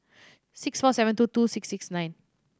six four seven two two six six nine